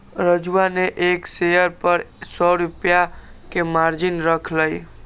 राजूवा ने एक शेयर पर सौ रुपया के मार्जिन रख लय